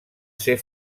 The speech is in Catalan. ser